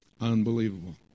Unbelievable